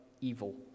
evil